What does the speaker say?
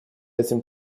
этим